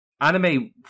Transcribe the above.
anime